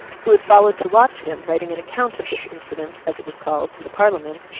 who had followed to watch him, writing an account of this incident, as it was called, to the parliament,